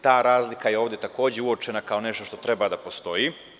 Ta razlika je ovde takođe uočena kao nešto što treba da postoji.